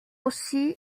aussi